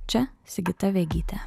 čia sigita vegytė